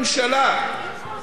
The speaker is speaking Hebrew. אם הכול כל כך טוב אז למה,